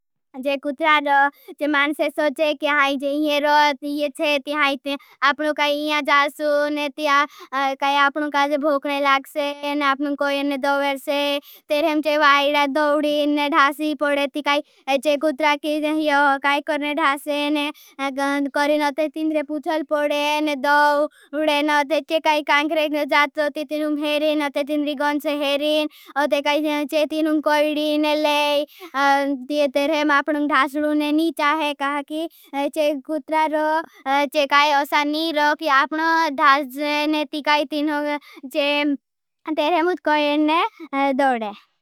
कुट्रा रो, मानसे सोचे कि हाई जे। इन्हे रोत, इन्हे चेत, हाई तें। आपनों का इन्हां जासू, ने तिया काई आपनों का जे भोखने लागसे। ने आपनों कोई ने दोवरसे तेरेम चे वाईडा दोवडिन, ने धासी पड़े। ती काई चे कुट्रा की यो काई करने धासे, ने गंद करिन। अते तीन रे पुछल पड़े, ने दोव उडेन, अते चे काई कांखरेक ने जात रो। ती तीनों भेरिन, अते तीन री गंद से हेरिन। अते काई चे तीनों को पड़ी ने ले। ती तेरेम अपनों धास ने नी चाहे, कहा की चे कुट्रा रो, चे काई असा नी रो। फी अपनों धास ने ती काई तीनों चे तेरेम उठ कोई ने दोवडे.